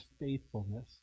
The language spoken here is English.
faithfulness